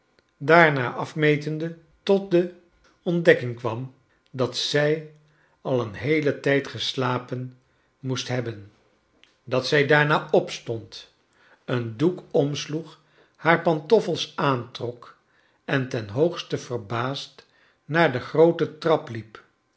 daar naar afmetwtvjje tot de onti dekking kwam dat zij al een heo len tijd geslapen moest hebben dat zij daarna opstond een doek omsloeg haar pantoffels aantrok en ten hoogste verbaasd naar de groote trap liep